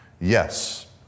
Yes